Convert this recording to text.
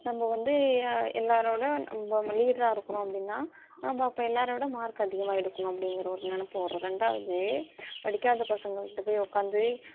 நம்ம வந்து எல்லோரோட நம்ம லீடரா இருக்கிறோம் அப்படின்னா நம்ம அப்போ எல்லோரோட மார்க் அதிகமாக எடுக்கணும் அப்டிங்கிற ஒரு நெனைப்பு வரும் ரெண்டாவது படிக்காத பசங்கள்கிட்ட போய் உட்காந்து